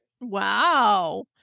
Wow